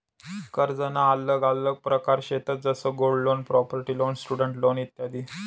कर्जना आल्लग आल्लग प्रकार शेतंस जसं gold loan, property loan, student loan इत्यादी